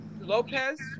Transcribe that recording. Lopez